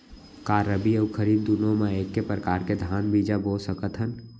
का रबि अऊ खरीफ दूनो मा एक्के प्रकार के धान बीजा बो सकत हन?